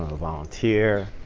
volunteer.